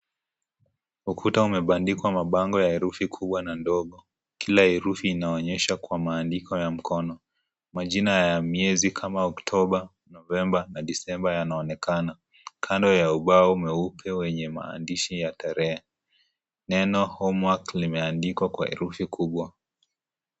Ukuta umebandikwa mabango ya herufi kubwa na ndogo. Kila herufi inaonyesha kwa maandiko ya mkono. Majina ya miezi kama Oktoba, Novemba na Disemba yanaonekana kando ya ubao mweupe yenye maandishi ya tarehe. Neno homework limeandikwa kwa herufi kubwa.